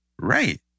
Right